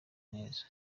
neza